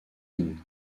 yin